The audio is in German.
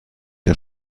der